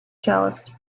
cellist